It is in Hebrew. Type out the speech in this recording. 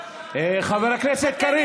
חבר הכנסת קריב,